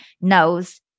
knows